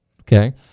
Okay